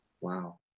Wow